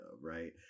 right